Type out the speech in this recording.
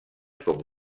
com